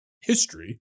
history